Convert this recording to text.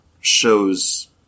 shows